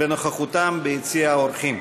בנוכחותו, ביציע האורחים.